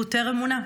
הוא טרם מונה.